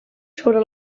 sobre